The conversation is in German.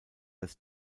des